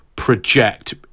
Project